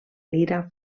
lira